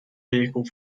vehicle